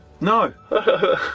No